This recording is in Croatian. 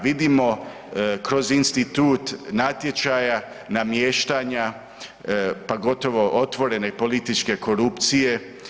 Vidimo kroz institut natječaja, namještanja, pa gotovo otvorene političke korupcije.